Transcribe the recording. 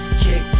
kick